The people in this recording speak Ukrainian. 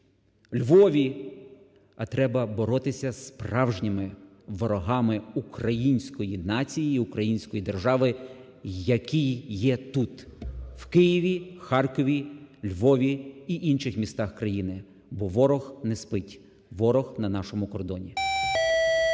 Львові, а треба боротися зі справжніми ворогами української нації, української держави, які є тут, в Києві, в Харкові, у Львові і інших містах країни. Бо ворог не спить, ворог на нашому кордоні.